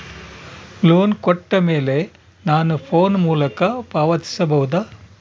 Loan ಕೊಟ್ಟ ಮೇಲೆ ನಾನು ಫೋನ್ ಮೂಲಕ ಪಾವತಿಸಬಹುದಾ?